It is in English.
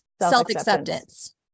self-acceptance